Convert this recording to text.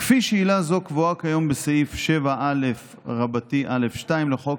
כפי שעילה זו קבועה כיום בסעיף 7א(א)(2) לחוק-יסוד: